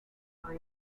are